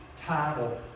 title